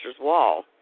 wall